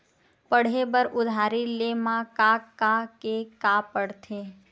पढ़े बर उधारी ले मा का का के का पढ़ते?